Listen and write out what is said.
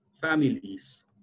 families